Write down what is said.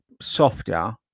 softer